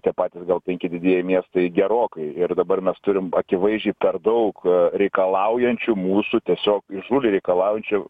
tie patys gal penki didieji miestai gerokai ir dabar mes turime akivaizdžiai per daug reikalaujančių mūsų tiesiog įžūliai reikalaujančių